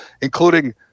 including